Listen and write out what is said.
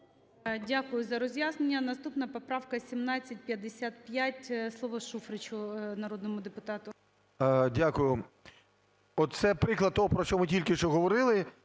Дякую за роз'яснення. Наступна поправка 1755. Слово Шуфричу, народному депутату. 13:24:58 ШУФРИЧ Н.І. Дякую. Оце приклад того, про що ви тільки що говорили.